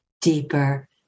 deeper